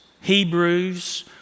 Hebrews